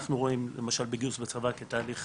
אנחנו רואים למשל גיוס לצבא כתהליך